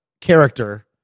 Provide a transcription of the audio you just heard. character